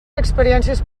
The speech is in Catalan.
experiències